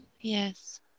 Yes